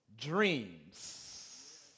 dreams